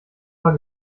mal